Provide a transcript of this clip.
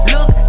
Look